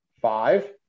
Five